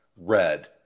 red